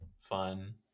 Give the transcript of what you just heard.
fun